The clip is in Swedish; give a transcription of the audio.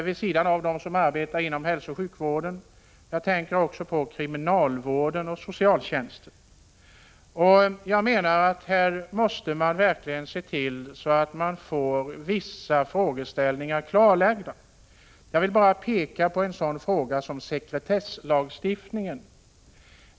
Vid sidan av dem som arbetar inom hälsooch sjukvården tänker jag på polisen samt på personal inom kriminalvården och inom socialtjänsten. Man måste här verkligen se till att vissa frågeställningar blir klarlagda. Låt mig bara peka på en sådan fråga som sekretesslagstiftningen.